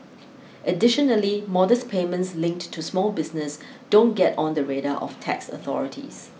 additionally modest payments linked to small business don't get on the radar of tax authorities